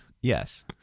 Yes